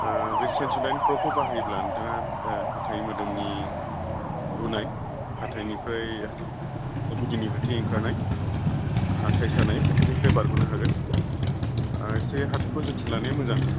बे सेन्स'डाइन प्र'खौ बाहायोब्ला नोंथाङा हाथाइ मोदोमनि बुनाय हाथाइनिफ्राय हाथाइ गुदिनिफ्राय थै ओंखारनाय हाथाइ सानाय बेफोरनिफ्राय बारग'नो हागोन एसे हाथाइखौ जोथोन लानाया मोजां